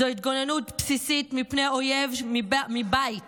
זו התגוננות בסיסית מפני אויב מבית